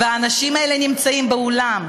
והאנשים האלה נמצאים באולם,